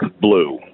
blue